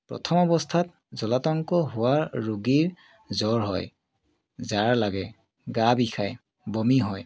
প্ৰথম অৱস্থাত জলাতংক হোৱা ৰোগীৰ জ্বৰ হয় জাৰ লাগে গা বিষায় বমি হয়